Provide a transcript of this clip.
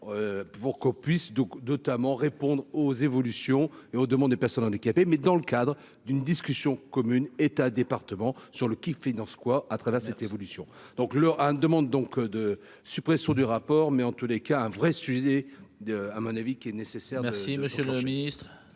pour qu'on puisse notamment répondre aux évolutions et aux demandes des personnes handicapées, mais dans le cadre d'une discussion commune État département sur le kiffait Dance quoi à travers cette évolution, donc leur demande donc de suppression du rapport, mais en tous les cas, un vrai sujet de à mon avis qui est nécessaire. Merci, Monsieur le Ministre.